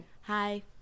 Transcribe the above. Hi